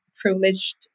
privileged